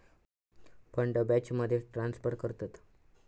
fund बॅचमध्ये transfer करतत